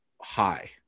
high